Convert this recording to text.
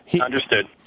understood